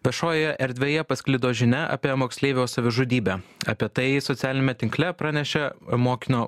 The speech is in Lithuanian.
viešojoje erdvėje pasklido žinia apie moksleivio savižudybę apie tai socialiniame tinkle pranešė mokinio